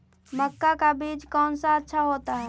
मक्का का बीज कौन सा अच्छा होता है?